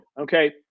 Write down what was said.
okay